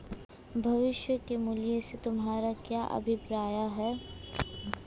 भविष्य के मूल्य से तुम्हारा क्या अभिप्राय है?